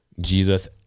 Jesus